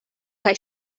kaj